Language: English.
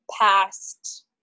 past